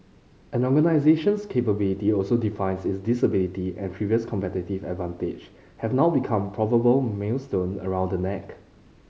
an organisation's capability also define its disability and previous competitive advantage have now become proverbial millstone around the neck